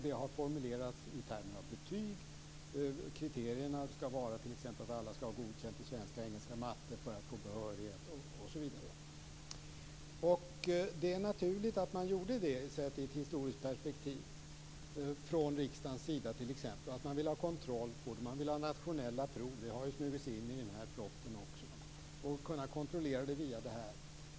De har formulerats i termer av betyg, kriterier som att alla skall ha betyget Godkänd i svenska, engelska, matte osv. för att få behörighet. Det är naturligt att man gjorde det, sett i ett historiskt perspektiv, från riksdagens sida. Man vill ha kontroll och nationella prov. Det har smugit sig in i denna proposition också.